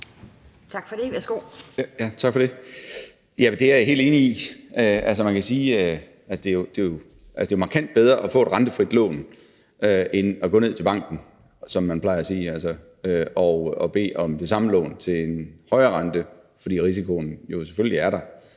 Tak for det. Ja, det er jeg helt enig i. Man kan jo sige, at det er markant bedre at få et rentefrit lån end at gå ned til banken, som man plejer at sige, og bede om det samme lån til en højere rente, fordi risikoen jo selvfølgelig er der,